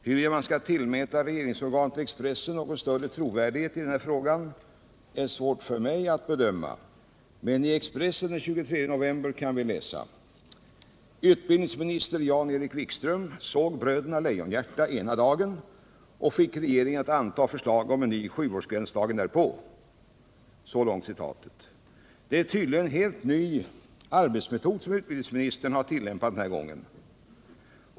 Huruvida man skall Tisdagen den tillmäta regeringsorganet Expressen någon större trovärdighet i denna 13 december 1977 fråga är svårt för mig att bedöma, men i Expressen av den 23 november kan vi läsa: ”Utbildningsminister Jan-Erik Wikström såg ”Bröderna Le = Barns tillträde till jonhjärta” ena dagen och fick regeringen att anta förslag om ny sjuårsgräns = biografföreställdagen därpå.” — Så långt citatet. ningar Det är tydligen en helt ny arbetsmetod som utbildningsministern har tillämpat denna gång.